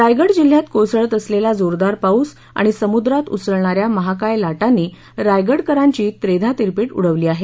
रायगड जिल्ह्यात कोसळत असलेला जोरदार पाऊस आणि समुद्रात उसळणाऱ्या महाकाय लाटांनी रायगडकरांची त्रेधातिरपीट उडविली आहे